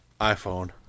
iPhone